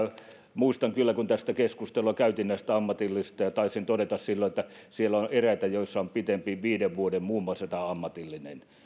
muistan kyllä kun keskustelua käytiin näistä ammatillisista kouluista ja taisin todeta silloin että siellä on eräitä joissa lisäys on pitempi viideksi vuodeksi muun muassa tällä ammatillisella puolella